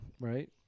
right